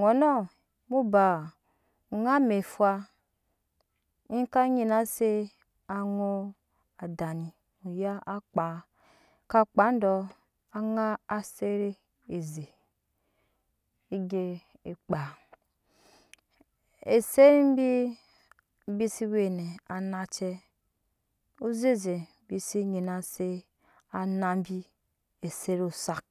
ŋonɔ mu baa ŋa amɛfwa eka nyina se aŋa adani muya akpa ka kpa dɔaŋa aset eze egye ekpa ezeb bi bi se we na anace uzeze bi se ngi se ana bi eset osal